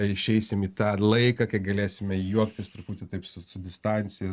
išeisim į tą laiką kai galėsime juoktis truputį taip su su distancija